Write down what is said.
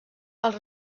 els